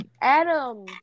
Adam